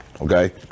Okay